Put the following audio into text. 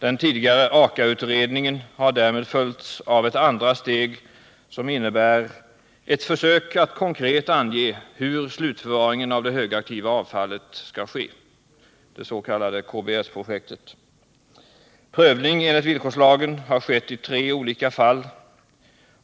Den tidigare Aka-utredningen har därmed följts av ett andra steg, det s.k. KBS-projektet, som innebär ett försök att konkret ange hur slutförvaringen av det högaktiva avfallet skall ske. Prövning enligt villkorslagen har skett i tre olika fall.